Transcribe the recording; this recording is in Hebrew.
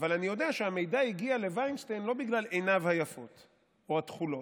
אבל אני יודע שהמידע הגיע לווינשטיין לא בגלל עיניו היפות או התכולות,